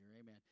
Amen